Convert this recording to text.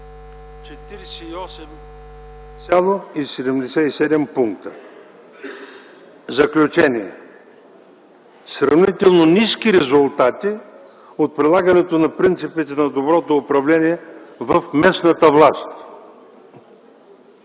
48,77 пункта. В заключение – сравнително ниски резултати от прилагането на принципите на доброто управление в местната власт.